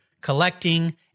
collecting